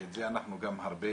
ואת זה אנחנו גם הרבה